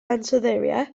ansoddeiriau